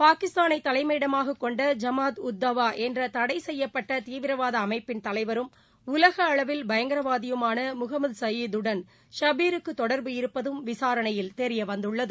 பாகிஸ்தானைதலைமயிடமாககொண்ட ஐமாத் உத் தாவாஎன்றதடைசெய்யப்பட்டதீவிரவாதஅமைப்பின் தலைவரும் உலகஅளவில் பயங்கரவாதியுமானமுகமதுசயீதுடன் ஷபீருக்குதொடர்பு இருப்பதும் விசாரணையில் தெரியவந்துள்ளது